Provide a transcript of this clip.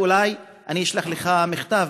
אולי אני אשלח לך מכתב,